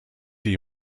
die